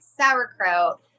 sauerkraut